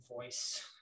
voice